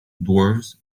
dwarves